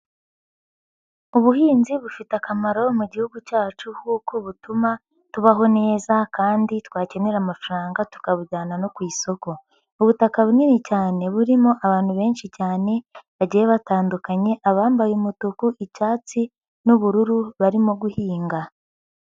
Ubuhinzi bufite akamaro mu gihugu cyacu kuko butuma tubaho neza kandi twakenera amafaranga tukabujyana no ku isoko. Ubutaka bunini cyane burimo abantu benshi cyane bagiye batandukanye, abambaye umutuku, icyatsi n'ubururu barimo guhinga.